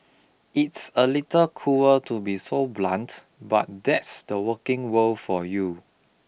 it's a little cruel to be so blunt but that's the working world for you